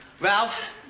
Ralph